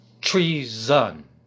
Treason